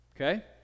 okay